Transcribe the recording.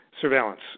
surveillance